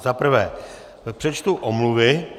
Za prvé přečtu omluvy.